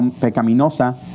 pecaminosa